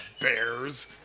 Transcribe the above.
Bears